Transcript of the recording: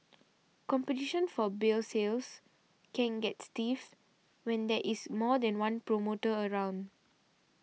competition for beer sales can get stiff when there is more than one promoter around